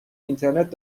اینترنت